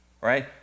right